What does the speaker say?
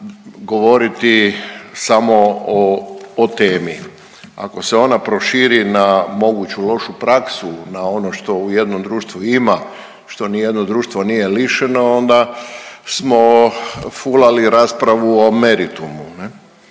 govoriti samo o, o temi. Ako se ona proširi na moguću lošu praksu, na ono što u jednom društvu ima što ni jedno društvo nije lišeno onda smo fulali raspravu o meritumu.